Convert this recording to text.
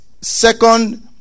second